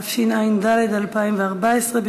התשע"ד 2014,